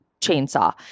chainsaw